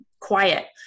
quiet